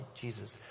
Jesus